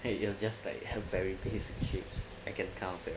it was just like her very basic shapes I can kind of thing